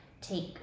take